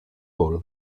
cole